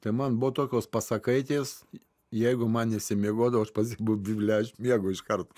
tai man buvo tokios pasakaitės jeigu man nesimiegodavo aš pasiimu bibliją aš miegu iškart